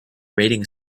rating